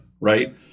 right